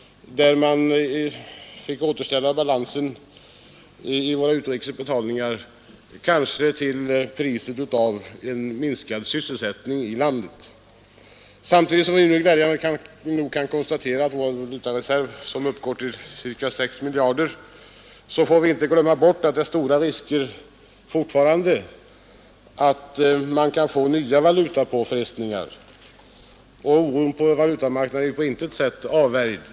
Man fick återställa balansen i våra utrikesbetalningar kanske till priset av en minskad sysselsättning i landet. Samtidigt som vi nu glädjande nog kan konstatera att vår valutareserv uppgår till ca 6 miljarder, får vi inte glömma bort att stora risker fortfarande föreligger för nya valutapåfrestningar. Oron på valutamarknaden är på intet sätt avvärjd.